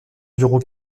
bureau